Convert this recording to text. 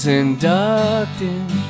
inducted